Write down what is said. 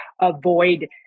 avoid